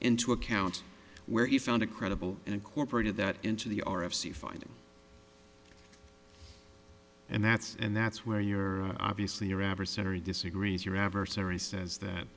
into account where he found a credible and incorporated that into the r f c findings and that's and that's where your obviously your adversary disagrees your adversary says that